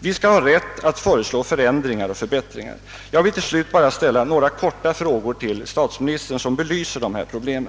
Vi har emellertid rätt att föreslå förändringar eller förbättringar. Jag vill bara i korthet ställa några frågor till statsministern, vilka belyser dessa problem.